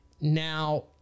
Now